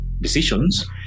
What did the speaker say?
decisions